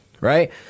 right